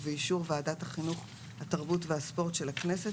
ובאישור ועדת החינוך התרבות והספורט של הכנסת,